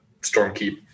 Stormkeep